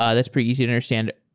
ah that's pretty easy to understand.